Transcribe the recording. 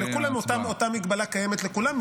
אבל אותה מגבלה קיימת לכולם,